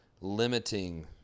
limiting